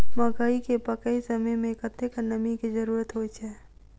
मकई केँ पकै समय मे कतेक नमी केँ जरूरत होइ छै?